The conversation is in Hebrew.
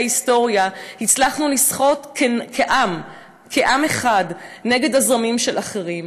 ההיסטוריה הצלחנו לשחות כעם אחד נגד הזרמים של אחרים.